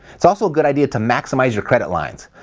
it's also a good idea to maximize your credit lines.